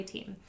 Team